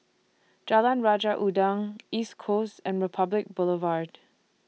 Jalan Raja Udang East Coast and Republic Boulevard